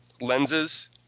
lenses